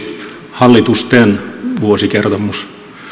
hallitusten vuosikertomus